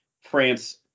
France